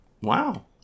Wow